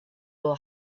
will